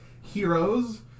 heroes